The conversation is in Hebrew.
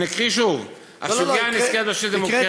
אני מקריא שוב: הסוגיה הנזכרת בשאילתה מוכרת לנו,